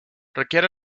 requiere